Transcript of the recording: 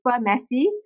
messy